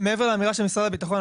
מעבר לאמירה של משרד הביטחון,